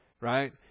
right